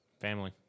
Family